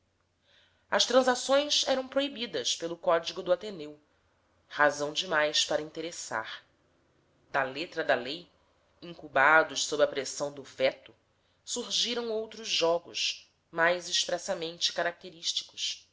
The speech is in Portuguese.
as transações eram proibidas pelo código do ateneu razão demais para interessar da letra da lei incubados sob a pressão do veto surgiam outros jogos mais expressamente característicos